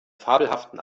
fabelhaften